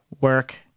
work